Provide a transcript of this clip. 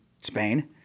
Spain